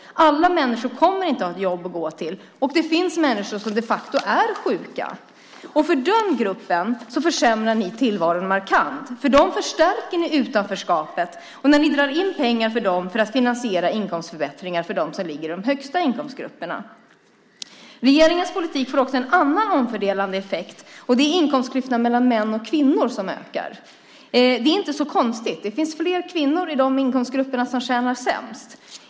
Alla människor kommer inte att ha ett jobb att gå till, och det finns människor som de facto är sjuka. För den gruppen försämrar ni tillvaron markant. För dem förstärker ni utanförskapet när ni drar in pengar för dem för att finansiera inkomstförbättringar för dem som ligger i de högsta inkomstgrupperna. Regeringens politik får också en annan omfördelande effekt. Det är inkomstklyftorna mellan män och kvinnor som ökar. Det är inte så konstigt. Det finns fler kvinnor i de inkomstgrupper som tjänar sämst.